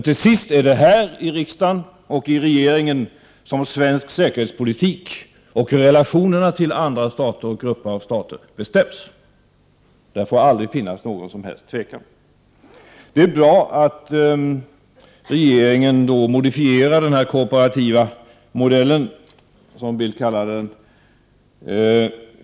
Till sist är det här i riksdagen och i regeringen som svensk säkerhetspolitik och relationerna till andra stater och grupper av stater bestäms. Där får det aldrig finnas något tvivel. Det är bra att regeringen modifierar den kooperativa modellen, som Bildt kallade den.